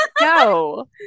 no